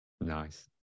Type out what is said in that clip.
nice